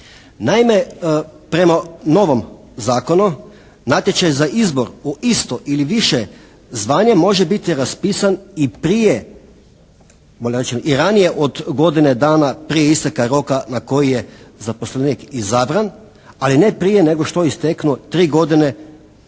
Naime prema novom zakonu natječaj za izbor u isto ili više zvanje može biti raspisan i prije, bolje rečeno i ranije od godine dana prije isteka roka na koji je zaposlenik izabran ali ne prije nego što je isteknuo 3 godine od